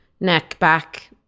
neck-back